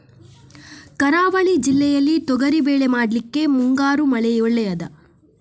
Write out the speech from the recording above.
ಕರಾವಳಿ ಜಿಲ್ಲೆಯಲ್ಲಿ ತೊಗರಿಬೇಳೆ ಮಾಡ್ಲಿಕ್ಕೆ ಮುಂಗಾರು ಮಳೆ ಒಳ್ಳೆಯದ?